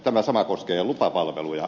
tämä sama koskee lupapalveluja